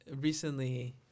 recently